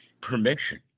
permission